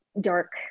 dark